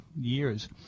years